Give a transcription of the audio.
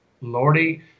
lordy